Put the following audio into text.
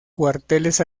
cuarteles